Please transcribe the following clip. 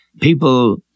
people